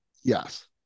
yes